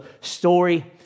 story